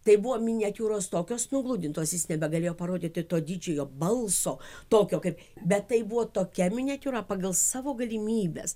tai buvo miniatiūros tokios nugludintos jis nebegalėjo parodyti to didžiojo balso tokio kaip bet tai buvo tokia miniatiūra pagal savo galimybes